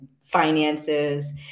finances